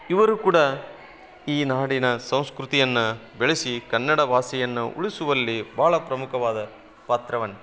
ಇವರೂ ಕೂಡ ಈ ನಾಡಿನ ಸಂಸ್ಕೃತಿಯನ್ನ ಬೆಳೆಸಿ ಕನ್ನಡ ಭಾಷೆಯನ್ನು ಉಳಿಸುವಲ್ಲಿ ಭಾಳ ಪ್ರಮುಖವಾದ ಪಾತ್ರವನ್ನು